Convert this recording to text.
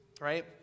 Right